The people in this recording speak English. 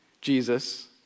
Jesus